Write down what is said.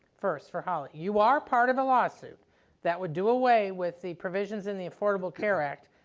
first for hawley. you are part of a lawsuit that would do away with the provisions in the affordable care act,